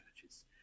churches